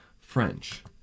French